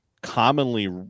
commonly